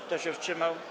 Kto się wstrzymał?